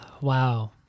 Wow